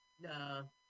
No